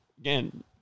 Again